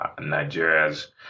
Nigeria's